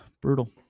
brutal